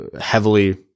heavily